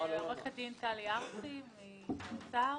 עורכת דין טלי ארפי מהאוצר,